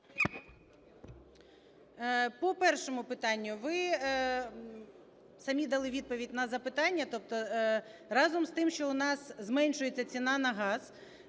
По першому питанню. Ви самі дали відповідь на запитання. Тобто разом з тим, що у нас зменшується цін на газ,